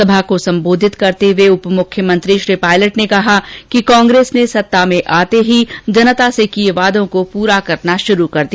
सभा को संबोधित करते हुए उप मुख्यमंत्री श्री पायलट ने कहा कि कांग्रेस ने सत्ता में आते ही जनता से किए वादों को पुरा करना शुरू कर दिया